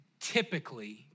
typically